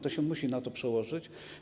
To się musi na to przełożyć.